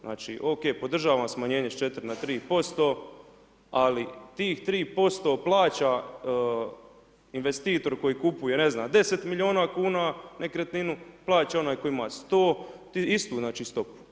Znači, ok, podržavam smanjenje s 4 na 3%, ali tih 3% plaća investitor koji kupuje, ne znam, 10 milijuna kuna nekretninu, plaća onaj tko ima 100, istu znači stopu.